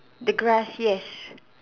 the grass yes